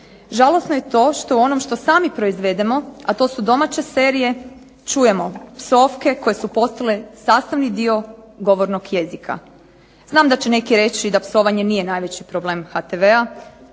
Žalosno je to što u onom što sami proizvedemo, a to su domaće serije, čujemo psovke koje su postale sastavni dio govornog jezika. Znam da će neki reći da psovanje nije najveći problem HTV-a,